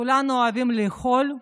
כולנו אוהבים לאכול,